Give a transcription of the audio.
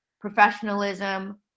professionalism